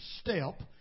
step